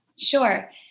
Sure